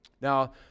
Now